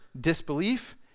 disbelief